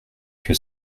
que